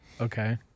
Okay